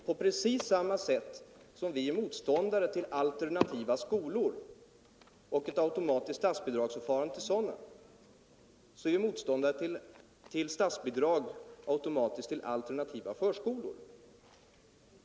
På precis samma sätt som vi är motståndare till alternativa skolor och ett automatiskt statsbidrag till sådana, är vi motståndare till statsbidrag till alternativa förskolor.